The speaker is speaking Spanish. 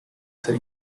ser